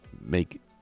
make